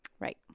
right